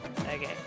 Okay